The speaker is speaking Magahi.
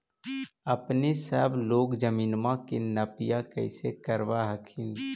अपने सब लोग जमीनमा के नपीया कैसे करब हखिन?